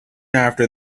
after